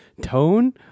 tone